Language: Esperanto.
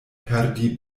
perdi